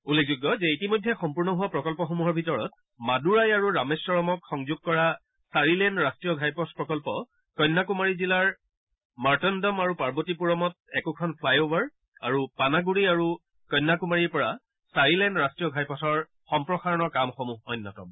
উল্লেখযোগ্য যে ইতিমধ্যে সম্পূৰ্ণ হোৱা প্ৰকল্পসমূহৰ ভিতৰত মাডুৰাই আৰু ৰামেশ্বৰক সংযোগ কৰা চাৰিলেন ৰাট্টীয় ঘাইপথ প্ৰকল্প কন্যাকুমাৰী জিলাৰ মাৰ্টন্দম আৰু পাৰ্বতীপুৰমত একোখন ফ্লাই অভাৰ আৰু পানাগুড়ি আৰু কন্যাকুমাৰীৰ পৰা চাৰিলেন ৰাষ্টীয় ঘাইপথৰ সম্প্ৰসাৰণৰ কামসমূহ অন্যতম